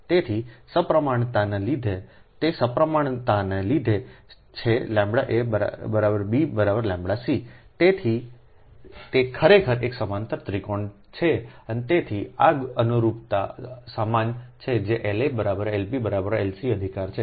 તેથી સમપ્રમાણતાને લીધે તે સમપ્રમાણતાને લીધે છેʎa b ʎc તેથી તે ખરેખર એક સમાંતર ત્રિકોણ છે અને તેથી આ અનુરૂપતા સમાન છે જે L a L b L c અધિકાર છે